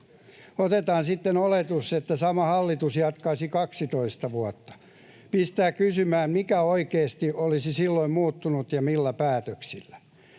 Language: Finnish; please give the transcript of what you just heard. Otetaan sitten oletus, että sama hallitus jatkaisi 12 vuotta. Pistää kysymään, mikä oikeasti olisi silloin muuttunut ja millä päätöksillä.